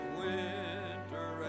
winter